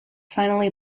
finally